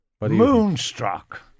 Moonstruck